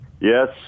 Yes